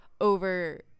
over